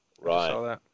Right